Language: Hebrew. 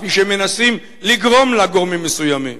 כפי שמנסים לגרום לה גורמים מסוימים.